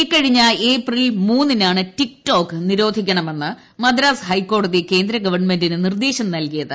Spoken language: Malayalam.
ഇക്കഴിഞ്ഞ ഏപ്രിൽ മൂന്നിനാണ് ടിക്ടോക്ക് നിരോധിക്കണമെന്ന് മദ്രാസ് ഹൈക്കോടതി കേന്ദ്രഗവൺമെന്റിന് നിർദ്ദേശം നൽകിയത്